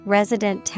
resident